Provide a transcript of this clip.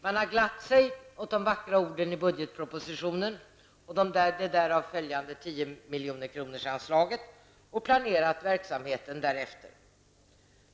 Man har glatt sig åt de vackra orden i budgetpropositionen och det därav följande 10-miljonersanslaget och planerat verksamheten därefter.